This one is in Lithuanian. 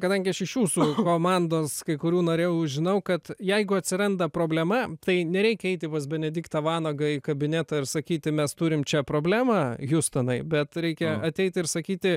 kadangi aš iš jūsų komandos kai kurių nariau žinau kad jeigu atsiranda problema tai nereikia eiti pas benediktą vanagą į kabinetą ir sakyti mes turim čia problemą hiustonai bet reikia ateiti ir sakyti